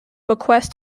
bequest